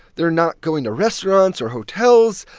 they're not going to restaurants or hotels.